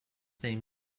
name